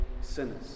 sinners